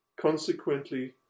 Consequently